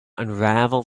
unravel